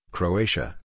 Croatia